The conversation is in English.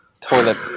toilet